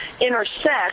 intersect